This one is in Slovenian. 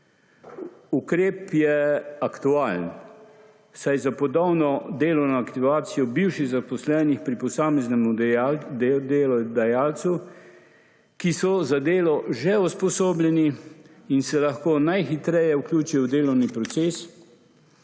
Ukrep je aktualen, saj z ponovno delovno aktivacijo bivših zaposlenih pri posameznemu delodajalci, ki so za delo že usposobljeni in se lahko najhitreje vključijo v delovni proces,